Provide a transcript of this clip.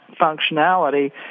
functionality